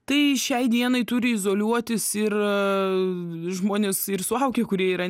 tai šiai dienai turi izoliuotis ir žmonės ir suaugę kurie yra